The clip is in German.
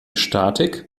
statik